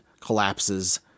collapses